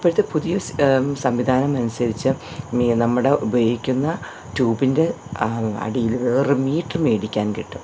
ഇപ്പോഴത്തെ പുതിയ സ് സംവിധാനം അനുസരിച്ച് നമ്മുടെ ഉപയോഗിക്കുന്ന ട്യൂബിൻ്റെ അടിയിൽ വേറെ ഒരു മീറ്റർ മേടിക്കാൻ കിട്ടും